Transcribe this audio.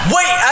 Wait